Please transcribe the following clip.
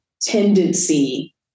tendency